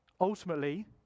Ultimately